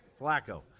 Flacco